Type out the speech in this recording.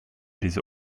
diese